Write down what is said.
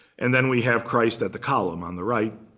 and then we have christ at the column on the right.